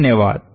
धन्यवाद